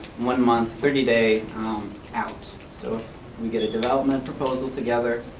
one month, thirty day out. so if we get a development proposal together,